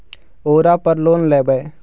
ओरापर लोन लेवै?